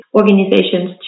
organizations